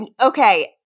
Okay